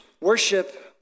Worship